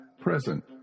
present